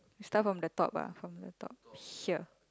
we start from the top ah from the top here